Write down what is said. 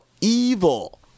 evil